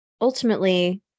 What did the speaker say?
ultimately